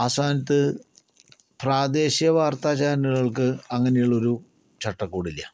ആ സ്ഥാനത്ത് പ്രാദേശിക വാർത്താ ചാനലുകൾക്ക് അങ്ങനെയുള്ള ഒരു ചട്ടക്കൂടില്ല